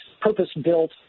purpose-built